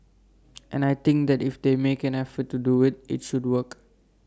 and I think that if they make an effort to do IT it should work